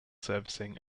servicing